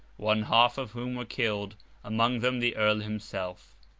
one half of whom were killed among them, the earl himself.